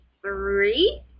three